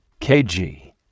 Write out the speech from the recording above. KG